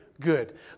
good